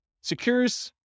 secures